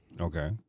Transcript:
Okay